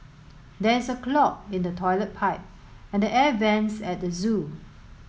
there is a clog in the toilet pipe and the air vents at the zoo